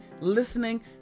listening